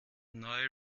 neue